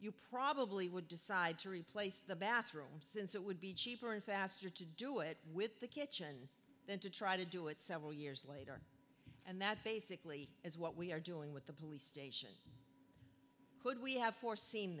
you probably would decide to replace the bathroom since it would be cheaper and faster to do it with the kitchen than to try to do it several years later and that basically is what we are doing with the we station could we have foreseen